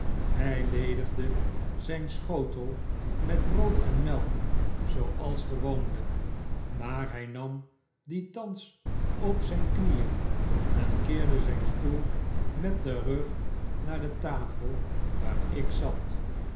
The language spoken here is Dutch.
hij ledigde zijn schotel met brood en melk zooals gewoonlijk maar hij nam die thans op zijn knieen en keerde zijn stoel met den rug naar de tafel waar ik zat